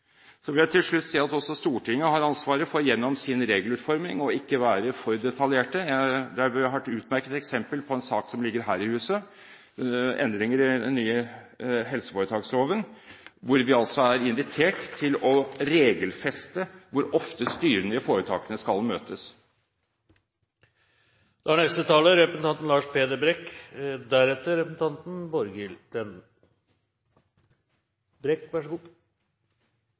Så vil jeg til slutt si at også Stortinget har ansvaret for gjennom sin regelutforming ikke å være for detaljert. Vi har et utmerket eksempel på en sak som ligger her i huset – endringer i den nye helseforetaksloven – hvor vi altså er invitert til å regelfeste hvor ofte styrene i foretakene skal møtes. Jeg er